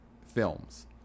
films